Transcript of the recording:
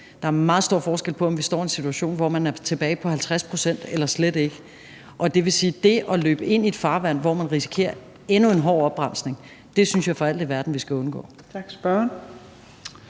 Der er meget stor forskel på, om vi står i en situation, hvor man er tilbage på 50 pct. eller slet ikke. Det vil sige, at det at løbe ind i et farvand, hvor man risikerer endnu en hård opbremsning, synes jeg for alt i verden vi skal undgå.